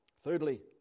Thirdly